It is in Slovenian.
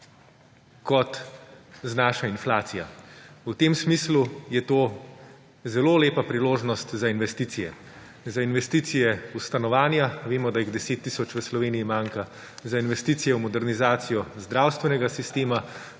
kot znaša inflacija. V tem smislu je to zelo lepa priložnost za investicije. Za investicije v stanovanja, vemo, da jih 10 tisoč v Sloveniji manjka, za investicije v modernizacijo zdravstvenega sistema,